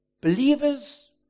believers